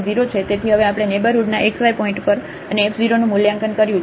તેથી હવે આપણે નેઇબરહુડના x y પોઇન્ટ પર અને f 0 નું મૂલ્યાંકનકર્યું છે